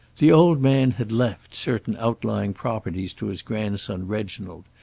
the old man had left certain outlying properties to his grandson reginald,